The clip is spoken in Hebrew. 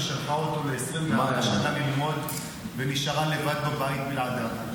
ששלחה אותו ל-20 שנה ללמוד ונשארה לבד בבית בלעדיו?